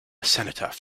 cenotaph